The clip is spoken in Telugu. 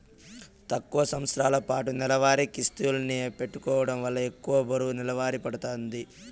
తక్కువ సంవస్తరాలపాటు నెలవారీ కిస్తుల్ని పెట్టుకోవడం వల్ల ఎక్కువ బరువు నెలవారీ పడతాంది